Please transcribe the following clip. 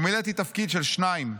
ומילאתי תפקיד של שניים.